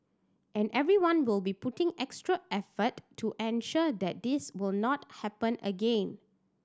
and everyone will be putting extra effort to ensure that this will not happen again